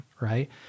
Right